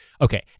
okay